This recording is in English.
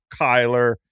Kyler